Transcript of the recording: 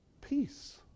peace